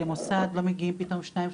וכשלמוסד לא מגיעים פתאום שניים,